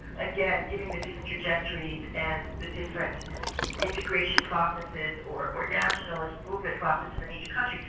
again, given the different trajectories and the different integration processes, or or nationalist movement processes in each country,